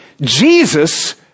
Jesus